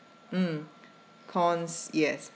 mm corns yes